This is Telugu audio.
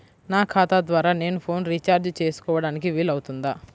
నా ఖాతా ద్వారా నేను ఫోన్ రీఛార్జ్ చేసుకోవడానికి వీలు అవుతుందా?